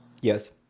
Yes